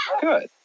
Good